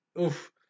oof